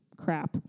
crap